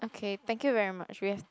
okay thank you very much we have